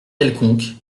quelconque